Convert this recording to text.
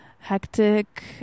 hectic